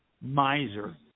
miser